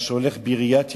מה שהולך בעיריית ירושלים,